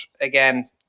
again